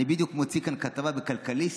אני בדיוק מוציא כאן כתבה בכלכליסט: